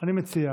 אני מציע